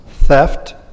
theft